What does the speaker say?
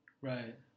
right